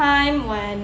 time when